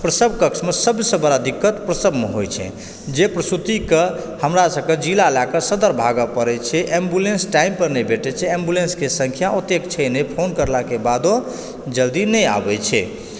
प्रसव कक्षमे सबसँ बड़ा दिक्कत प्रसवमे होइ छै जे प्रसूतिके हमरा सभकेँ जिला लए कऽ सदर भागय पड़ै छै एम्बुलेन्स टाइम पर नहि भेटै छै एम्बुलेन्सके संख्या ओतेक छै नहि छै नहि फोन करलाके बादो जल्दी नहि आबए छै